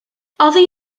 oddi